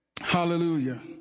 Hallelujah